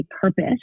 purpose